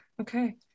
okay